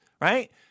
right